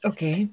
Okay